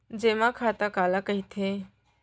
जेमा खाता काला कहिथे?